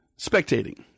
spectating